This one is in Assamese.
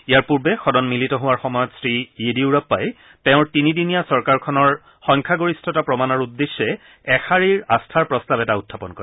ইয়াৰ পূৰ্বে সদন মিলিত হোৱাৰ সময়ত শ্ৰীয়েডিয়ুৰাপ্পাই তেওঁৰ তিনিদিনীয়া চৰকাৰখনৰ সংখ্যাগৰিষ্ঠতা প্ৰমাণৰ উদ্দেশ্যে এশাৰিৰ আস্থাৰ প্ৰস্তাৱ এটা উখাপন কৰে